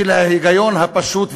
של ההיגיון הפשוט והסביר?